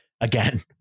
again